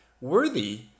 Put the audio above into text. Worthy